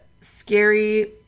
scary